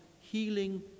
healing